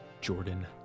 Jordan